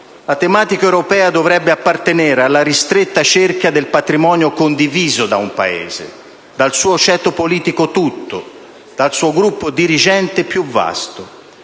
la tematica europea dovrebbe appartenere alla ristretta cerchia del patrimonio condiviso dal Paese, dal suo ceto politico tutto, dal suo gruppo dirigente più vasto.